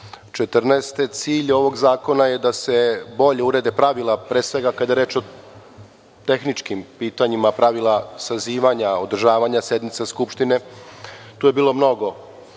godine. Cilj ovog zakona je da se bolje urede pravila pre svega, kada je reč o tehničkim pitanjima. Pravila sazivanja, održavanja sednica Skupštine. Tu je bilo mnogo